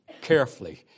carefully